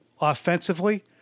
Offensively